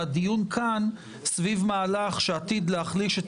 והדיון כאן סביב מהלך שעתיד להחליש את